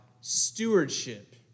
stewardship